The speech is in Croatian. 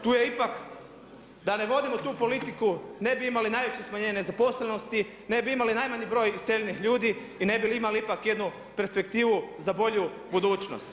Tu je ipak, da ne vodimo tu politiku, ne bi imali najveće smanjenje nezaposlenosti, ne bi imali najmanji broj iseljenih ljudi i ne bi li imali ipak jednu perspektivu za bolju budućnost.